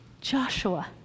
Joshua